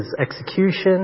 execution